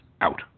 out